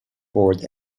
ford